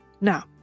now